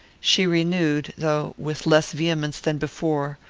she renewed, though with less vehemence than before,